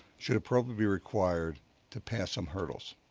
should a program be required to pass some hurdles?